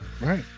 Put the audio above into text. Right